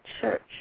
church